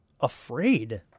afraid